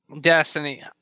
Destiny